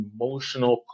emotional